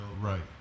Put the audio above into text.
right